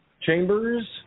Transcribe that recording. chambers